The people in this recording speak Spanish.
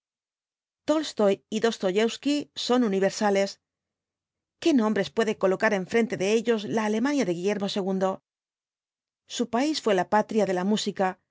tolstoi y dostoiewsky son universales qué nombres puede coloca r enfrente de ellos la alemania de guillermo ii su país fué la patria de la música